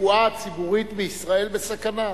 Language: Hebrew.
הרפואה הציבורית בישראל בסכנה.